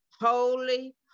holy